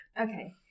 Okay